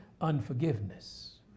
Unforgiveness